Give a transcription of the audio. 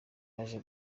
yaje